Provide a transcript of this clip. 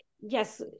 yes